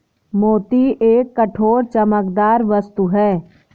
मोती एक कठोर, चमकदार वस्तु है